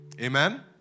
Amen